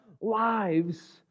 lives